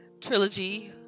trilogy